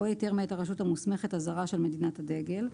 או היתר מאת הרשות המוסמכת הזרה של מדינת הדגל,